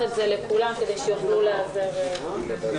נעולה.